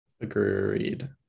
Agreed